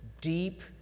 deep